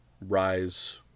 Rise